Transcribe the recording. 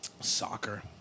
Soccer